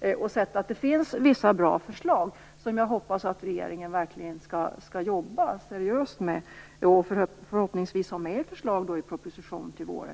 Jag har sett att det finns vissa bra förslag, som jag hoppas att regeringen verkligen skall jobba seriöst med och förhoppningsvis ta med i förslagen till propositionen under våren